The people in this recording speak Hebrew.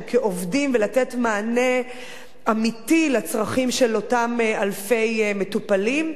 כעובדים ולתת מענה אמיתי לצרכים של אותם אלפי מטופלים,